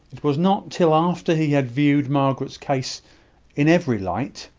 it was not till after he had viewed margaret's case in every light,